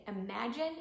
imagine